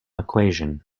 equation